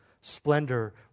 splendor